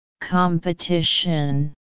Competition